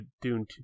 Dune